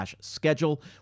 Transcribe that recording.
schedule